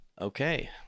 Okay